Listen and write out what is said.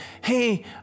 Hey